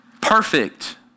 Perfect